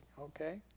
Okay